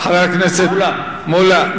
חבר הכנסת מולה,